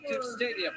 Stadium